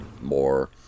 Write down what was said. more